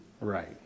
Right